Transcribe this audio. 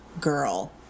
girl